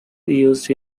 used